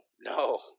no